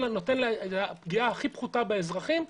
הפגיעה הכי פחותה באזרחים,